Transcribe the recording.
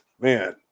man